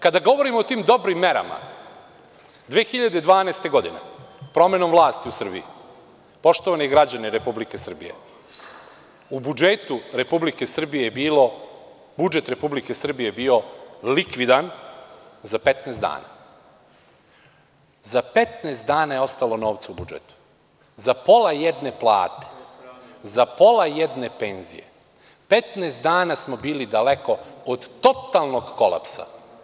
Kada govorimo o tim dobrim merama, 2012. godine, promenom vlasti u Srbiji, poštovani građani Republike Srbije, u budžetu Republike Srbije je bio likvidan za 15 dana, za 15 dana je ostalo novca u budžetu, za pola jedne plate, za pola jedne penzije, 15 dana smo bili daleko od totalnog kolapsa.